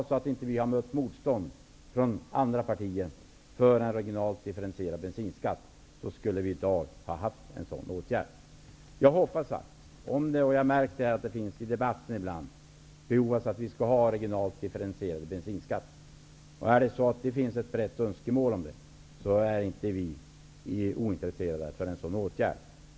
Om vi inte hade mött motstånd från andra partier mot en regionalt differentierad bensinskatt, så skulle vi i dag ha haft en sådan. Jag har märkt att det i debatten ibland sägs att vi borde ha regionalt differentierad bensinskatt. Om det finns ett brett önskemål om det, så är vi inte ointresserade av en sådan åtgärd.